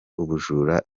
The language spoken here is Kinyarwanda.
ubujura